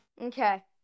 Okay